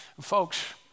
Folks